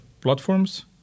platforms